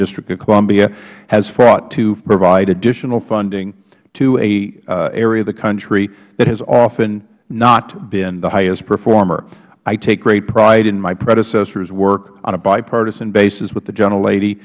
district of columbia has fought to provide additional funding to an area of the country that has often not been the highest performer i take great pride in my predecessor's work on a bipartisan basis with the